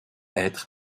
être